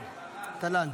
תָלָ"ן,